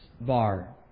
bar